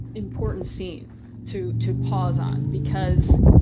important scene to to pause on, because